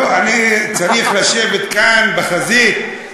לא, צריך לשבת כאן, בחזית.